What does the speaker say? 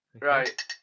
Right